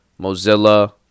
Mozilla